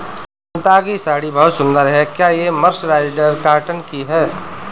सुनीता की साड़ी बहुत सुंदर है, क्या ये मर्सराइज्ड कॉटन की है?